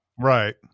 Right